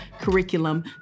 curriculum